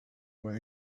were